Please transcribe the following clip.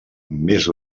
més